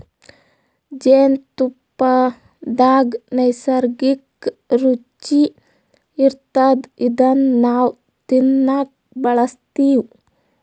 ಜೇನ್ತುಪ್ಪದಾಗ್ ನೈಸರ್ಗಿಕ್ಕ್ ರುಚಿ ಇರ್ತದ್ ಇದನ್ನ್ ನಾವ್ ತಿನ್ನಕ್ ಬಳಸ್ತಿವ್